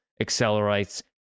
accelerates